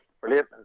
brilliant